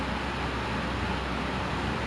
apa seh I thought I want to like